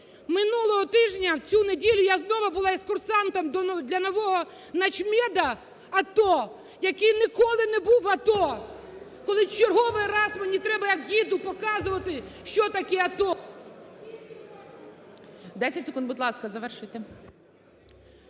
Минулого тижні в цю неділю я знову була екскурсантом для нового начмеду АТО, який ніколи не був в АТО. Коли черговий раз мені треба, як їду, показувати, що таке АТО…